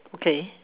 okay